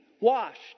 washed